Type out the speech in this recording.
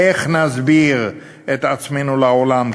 איך נסביר את עצמנו לעולם?